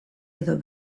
edo